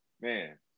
man